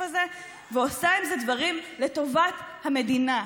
הזה ועושה עם זה דברים לטובת המדינה,